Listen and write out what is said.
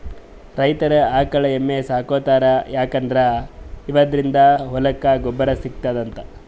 ರೈತರ್ ಆಕಳ್ ಎಮ್ಮಿ ಸಾಕೋತಾರ್ ಯಾಕಂದ್ರ ಇವದ್ರಿನ್ದ ಹೊಲಕ್ಕ್ ಗೊಬ್ಬರ್ ಸಿಗ್ತದಂತ್